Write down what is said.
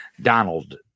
Donald